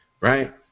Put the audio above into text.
right